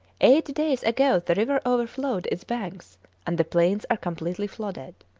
eight days ago the river overflowed its banks and the plains are completely flooded.